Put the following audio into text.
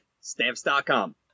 Stamps.com